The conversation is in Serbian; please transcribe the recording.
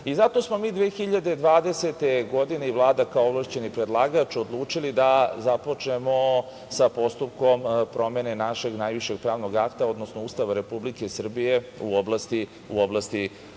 smo mi 2020. godine i Vlada kao ovlašćeni predlagač, odlučili da započnemo sa postupkom promene našeg najvišeg pravnog akta, odnosno Ustava Republike Srbije u oblasti